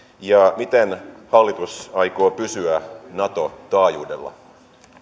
ja miten hallitus aikoo pysyä nato taajuudella